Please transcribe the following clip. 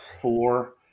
four